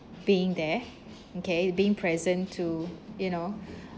being there okay being present to you know